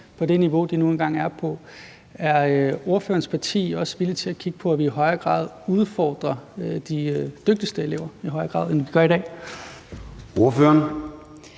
på det niveau, de nu engang er på. Er ordførerens parti også villig til at kigge på, at vi i højere grad, end vi gør i dag, udfordrer de dygtigste elever? Kl. 14:28 Formanden (Søren Gade): Ordføreren.